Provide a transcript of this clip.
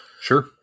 Sure